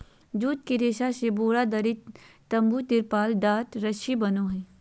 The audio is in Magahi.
जुट के रेशा से बोरा, दरी, तम्बू, तिरपाल, टाट, रस्सी बनो हइ